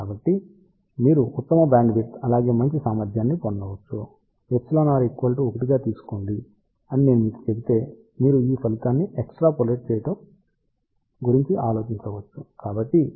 కాబట్టి మీరు ఉత్తమ బ్యాండ్విడ్త్ అలాగే మంచి సామర్ధ్యాన్ని పొందవచ్చు εr 1 గా తీసుకోండి అని నేను మీకు చెబితే మీరు ఈ ఫలితాన్ని ఎక్స్ట్రాపోలేట్ చేయడం గురించి ఆలోచించవచ్చు